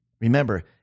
Remember